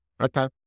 Okay